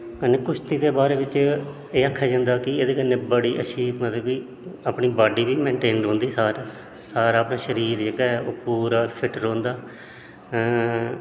कन्नै कुश्ती दे बारे च एह् आक्खेआ जंदा कि एह्दे कन्नै बड़ा अच्छी अपनी बॉड्डी बी मेनटेन रौंह्दी सारा अपना शरीर जेह्का ऐ ओह् फिट्ट रौंह्दा